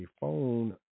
phone